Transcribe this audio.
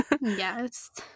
Yes